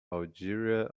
algeria